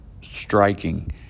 striking